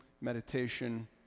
meditation